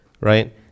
right